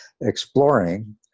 exploring